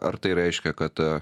ar tai reiškia kad